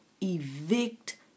evict